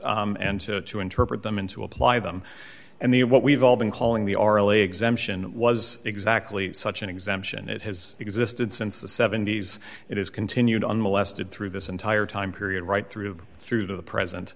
those and to to interpret them in to apply them and they are what we've all been calling the aurally exemption was exactly such an exemption it has existed since the seventy's it has continued unmolested through this entire time period right through through to the present